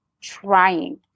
trying